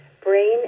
brain